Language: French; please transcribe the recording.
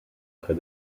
près